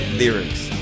lyrics